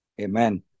Amen